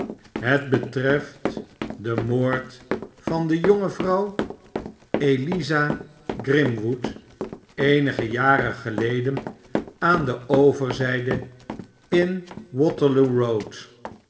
het betreft de moord van de jonge vrouw eliza grimwood eenige jaren geleden aan de overzijde in waterloo road